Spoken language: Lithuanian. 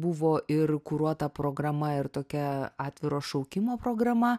buvo ir kuruota programa ir tokia atviro šaukimo programa